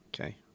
okay